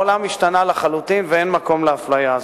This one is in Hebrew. העולם השתנה לחלוטין ואין מקום לאפליה הזאת.